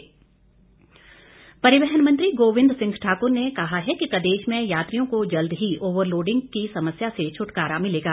गोविंद ठाकुर परिवहन मंत्री गोविंद सिंह ठाकुर ने कहा है कि प्रदेश में यात्रियों को जल्द ही ओवर लोडिंग की समस्या से छुटकारा मिलेगा